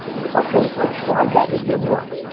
it's like okay, so i tried that it didn't work.